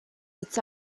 its